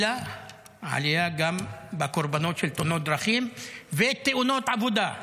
אלא עלייה גם בקורבנות של תאונות דרכים ותאונות עבודה.